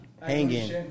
hanging